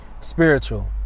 Spiritual